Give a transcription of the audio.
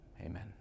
amen